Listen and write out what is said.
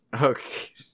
Okay